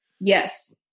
Yes